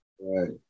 Right